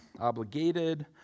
obligated